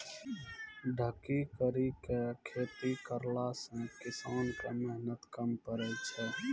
ढकी करी के खेती करला से किसान के मेहनत कम पड़ै छै